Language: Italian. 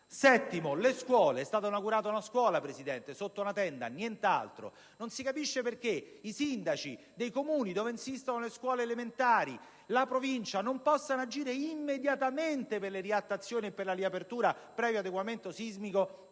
Signor Presidente, è stata inaugurata una sola scuola sotto una tenda: nient'altro! Non si capisce il motivo per cui i sindaci dei Comuni dove insistono le scuole elementari o la Provincia non possano agire immediatamente per le riattazioni e la riapertura, previo adeguamento sismico,